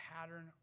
pattern